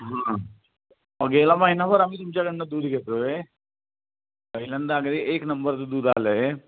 हां अहो गेल्या महिनाभर आम्ही तुमच्याकडून दूध घेतो आहे पहिल्यांदा अगदी एक नंबरचं दूध आलं आहे